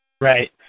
Right